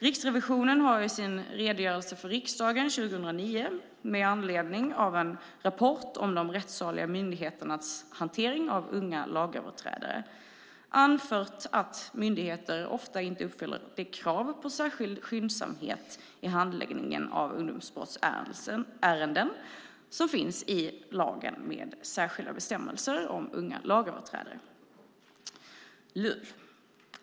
Riksrevisionen har i sin redogörelse till riksdagen 2009 - med anledning av en rapport om de rättsliga myndigheternas hantering av unga lagöverträdare - anfört att myndigheter ofta inte uppfyller det krav på särskild skyndsamhet i handläggningen av ungdomsbrottsärenden som finns i lagen med särskilda bestämmelser om unga lagöverträdare, LUL.